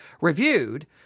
reviewed